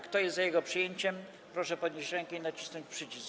Kto jest za jego przyjęciem, proszę podnieść rękę i nacisnąć przycisk.